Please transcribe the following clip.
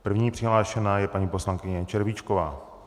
První přihlášená je paní poslankyně Červíčková.